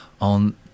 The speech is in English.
on